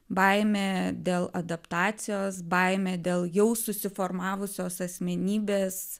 baimė dėl adaptacijos baimė dėl jau susiformavusios asmenybės